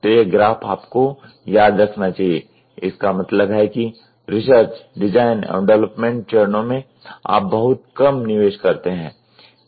तो यह ग्राफ आपको याद रखना चाहिए इसका मतलब है कि रिसर्च डिज़ाइन एवं डवलपमेंट चरणों में आप बहुत कम निवेश करते हैं